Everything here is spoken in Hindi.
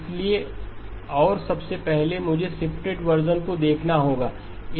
इसलिए और सबसे पहले मुझे शिफ्टेड वर्शन को देखना होगा